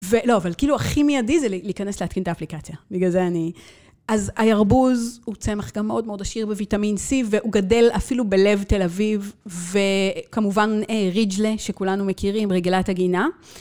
לא, אבל כאילו הכי מיידי זה להיכנס להתקין את האפליקציה, בגלל זה אני... אז הירבוז הוא צמח גם מאוד מאוד עשיר בוויטמין C, והוא גדל אפילו בלב תל אביב, וכמובן ריג'לה, שכולנו מכירים, רגלת הגינה.